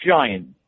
giant